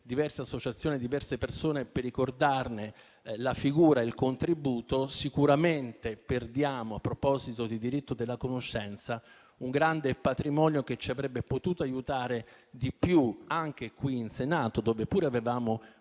diverse associazioni e diverse persone per ricordarne la figura e il contributo. Sicuramente, a proposito di diritto della conoscenza, perdiamo un grande patrimonio che ci avrebbe potuto aiutare anche qui in Senato, dove pure avevamo